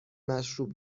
مشروب